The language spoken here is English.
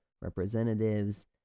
Representatives